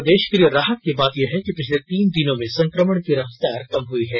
प्रदेश के लिए राहत की बात यह है कि पिछले तीन दिनों में संक्रमण की रफ्तार कम हई है